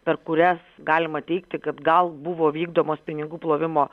per kurias galima teigti kad gal buvo vykdomos pinigų plovimo